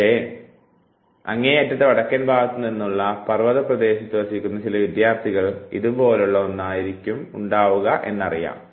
പക്ഷെ അങ്ങേയറ്റത്തെ വടക്കൻ ഭാഗത്ത് നിന്നുള്ള പർവത പ്രദേശത്ത് വസിക്കുന്ന ചില വിദ്യാർത്ഥികൾക്ക് ഇതുപോലെയുള്ള ഒന്നായിരിക്കും ഉണ്ടാവുക എന്നറിയാം